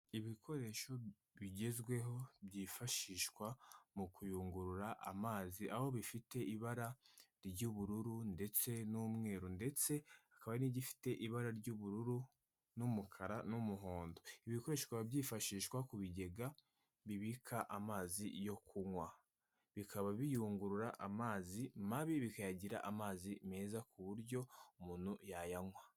Ibikoresho bigezweho byifashishwa mu kuyungurura amazi, aho bifite ibara ry'ubururu ndetse n'umweru ndetse hakaba n'igifite ibara ry'ubururu n'umukara n'umuhondo, ibi bikoresho byifashishwa ku bigega bibika amazi yo kunywa, bikaba biyungurura amazi mabi bikayagira amazi meza ku buryo umuntu yayanywa.